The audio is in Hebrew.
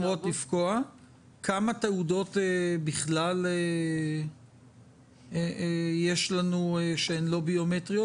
כמה תעודות בכלל יש לנו שהן לא ביומטריות